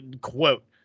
quote